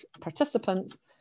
participants